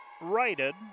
righted